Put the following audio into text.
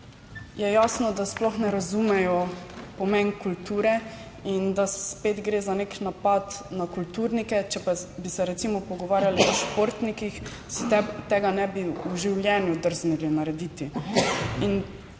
je jasno, da sploh ne razumejo pomena kulture in da spet gre za nek napad na kulturnike. Če pa bi se, recimo, pogovarjali o športnikih, si tega ne bi v življenju drznili narediti.